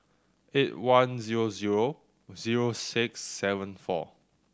eight one zero zero zero six seven four